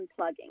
unplugging